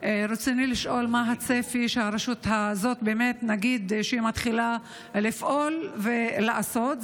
רצוני לשאול מה הצפי לכך שהרשות הזאת תתחיל לפעול ולעשות,